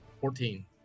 Fourteen